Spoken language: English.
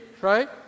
right